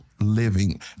Living